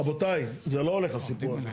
רבותיי, זה לא הולך הסיפור הזה.